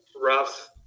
rough